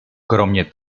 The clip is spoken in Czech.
kromě